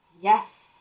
Yes